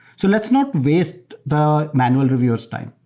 so let's not waste the manual reviewer s time.